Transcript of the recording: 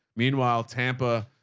meanwhile, tampa,